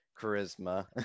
charisma